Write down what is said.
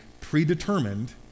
predetermined